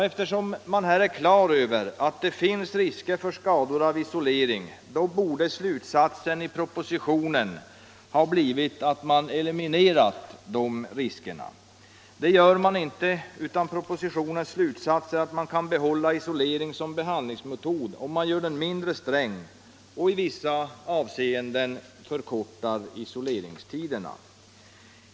Eftersom man här är klar över att det finns risker för skador av isolering borde slutsatsen i propositionen ha blivit att man skall eliminera dessa risker. Det gör man inte, utan propositionens slutsats är att man kan behålla isoleringen som behandlingsmetod, om man gör den mindre sträng och i vissa avseenden förkortar isoleringstiderna.